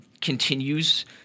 continues